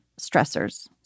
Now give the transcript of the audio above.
stressors